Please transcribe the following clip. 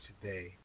today